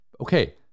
Okay